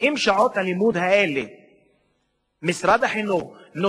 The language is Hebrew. ואתה יכול להעסיק מורים ומורות